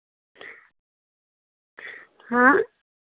हाँ